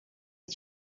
est